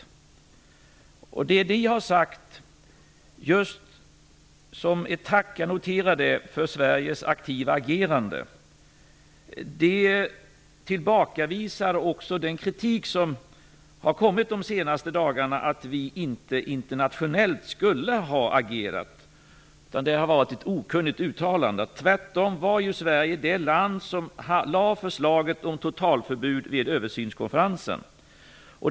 Jag har noterat att det har framförts tack till Sverige just för vårt aktiva agerande, och det tillbakavisar också den kritik som har kommit de senaste dagarna att vi inte skulle ha agerat internationellt. Det var ett okunnigt uttalande. Tvärtom var Sverige det land som lade fram förslaget om totalförbud vid översynskonferensen.